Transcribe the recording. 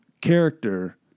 character